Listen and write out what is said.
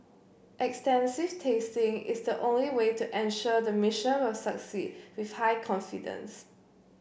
extensive testing is the only way to ensure the mission will succeed with high confidence